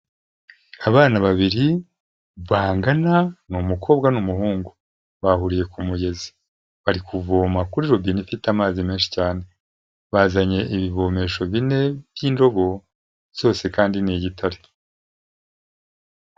Abana babiri bangana ni umukobwa n'umuhungu bahuriye ku mugezi, bari kuvoma kuri robine ifite amazi menshi cyane bazanye ibivomesho bine by'indobo zose kandi n'igitare.